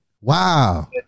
Wow